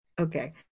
Okay